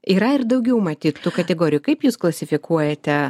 yra ir daugiau matyt tų kategorijų kaip jūs klasifikuojate